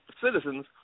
citizens